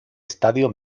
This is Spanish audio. estadio